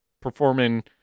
Performing